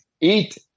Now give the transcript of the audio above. eat